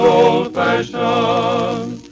old-fashioned